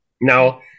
Now